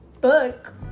book